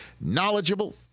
knowledgeable